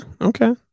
Okay